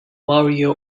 mario